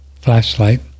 flashlight